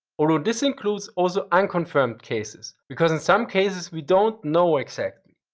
although, this includes also unconfirmed cases, because in some cases we don't know exactly.